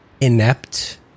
inept